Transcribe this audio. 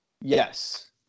Yes